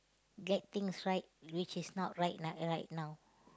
get things right which is not right right now